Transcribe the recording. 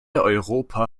europa